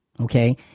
okay